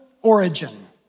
origin